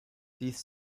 dies